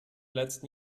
letzten